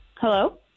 Hello